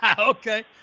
Okay